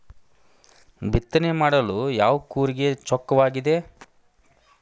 ಬಿತ್ತನೆ ಮಾಡಲು ಯಾವ ಕೂರಿಗೆ ಚೊಕ್ಕವಾಗಿದೆ?